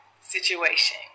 situation